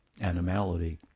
animality